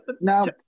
now